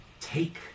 take